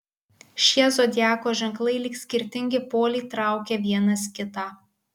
šie zodiako ženklai lyg skirtingi poliai traukia vienas kitą